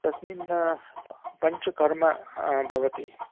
तस्मिन् पञ्चकर्म भवति